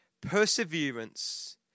perseverance